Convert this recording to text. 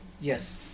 Yes